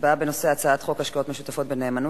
הצבעה בנושא הצעת חוק השקעות משותפות בנאמנות